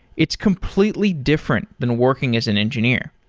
it's completely different than working as an engineer,